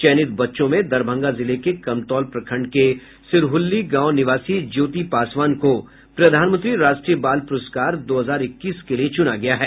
चयनित बच्चों में दरभंगा जिले के कमतौल प्रखंड के सिरहल्ली गांव निवासी ज्योति पासवान को प्रधानमंत्री राष्ट्रीय बाल पुरस्कार दो हजार इक्कीस के लिए चुना गया है